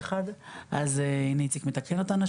והנה איציק מתקן אותנו,